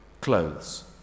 clothes